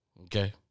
Okay